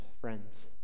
friends